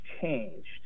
changed